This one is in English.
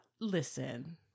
Listen